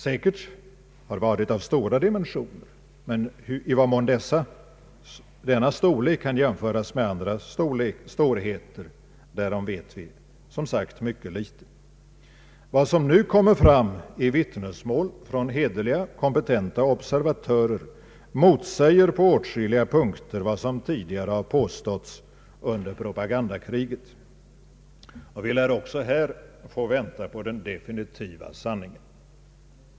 Säkert har det varit av stora dimensioner, men hur det ter sig vid en jämförelse med det mänskliga lidandet i andra krig vet vi som sagt mycket litet om. Vad som nu kommer fram i vittnesmål från hederliga och kompetenta observatörer motsäger på åtskilliga punkter vad som tidigare påståtts under propagandakriget. Vi lär också här få vänta på den definitiva sanningen.